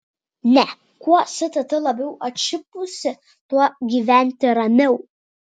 ne kuo stt labiau atšipusi tuo gyventi ramiau